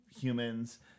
humans